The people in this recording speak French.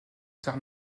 terre